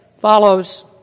follows